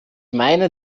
meine